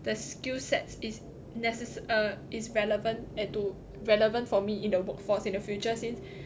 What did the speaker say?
the skillsets is necessary err is relevant and to relevant for me in the workforce in the future since